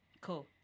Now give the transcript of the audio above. Cool